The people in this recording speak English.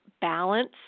balance